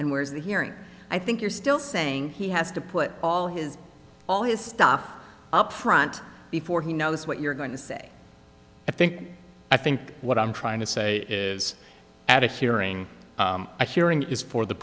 and where's the hearings i think you're still saying he has to put all his all his stuff up front before he knows what you're going to say i think i think what i'm trying to say is at a hearing hearing is for the